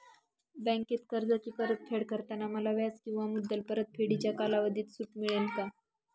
बँकेत कर्जाची परतफेड करताना मला व्याज किंवा मुद्दल परतफेडीच्या कालावधीत सूट मिळेल का?